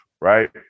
right